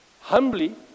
humbly